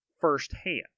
firsthand